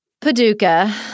Paducah